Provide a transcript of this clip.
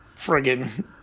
friggin